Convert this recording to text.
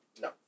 No